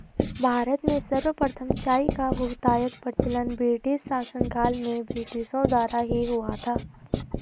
भारत में सर्वप्रथम चाय का बहुतायत प्रचलन ब्रिटिश शासनकाल में ब्रिटिशों द्वारा ही हुआ था